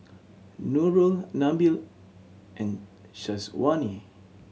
Nurul Nabil and Syazwani